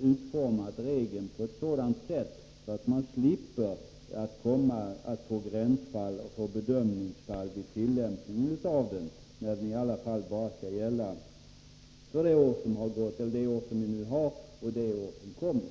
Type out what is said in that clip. utforma regeln på ett sådant sätt att man slipper få gränsfall och bedömningsfall vid tillämpningen av regeln när den ändå bara skall gälla för det år som vi nu har och det år som kommer.